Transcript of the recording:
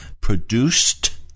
produced